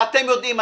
ואתם יודעים,